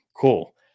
cool